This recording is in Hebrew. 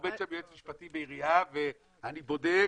עומד יועץ משפטי בעירייה והוא אומר שהוא בודק,